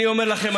אני אומר לכם,